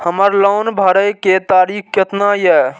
हमर लोन भरे के तारीख केतना ये?